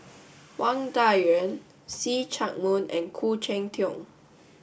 Wang Dayuan See Chak Mun and Khoo Cheng Tiong